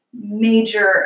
major